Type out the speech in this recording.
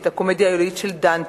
את "הקומדיה האלוהית" של דנטה,